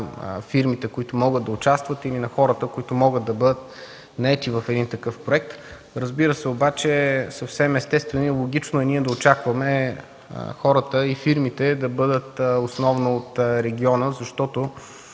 фирмите, които могат да участват, или на хората, които могат да бъдат наети в такъв проект. Разбира се, съвсем естествено и логично е ние да очакваме хората и фирмите да бъдат основно от региона, защото,